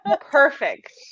Perfect